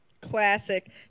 Classic